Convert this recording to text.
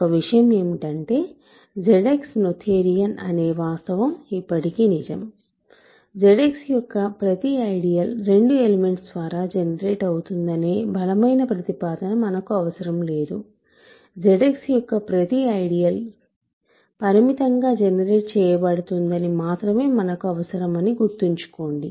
ఒక విషయం ఏమిటంటేZX నోథేరియన్ అనే వాస్తవం ఇప్పటికీ నిజం ZX యొక్క ప్రతి ఐడియల్ 2 ఎలిమెంట్స్ ద్వారా జనరేట్ అవుతుందనే బలమైన ప్రతిపాదన మనకు అవసరం లేదు ZX యొక్క ప్రతి ఐడియల్ పరిమితంగా జనరేట్ చేయబడుతుందని మాత్రమే మనకు అవసరం అని గుర్తుంచుకోండి